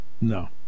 no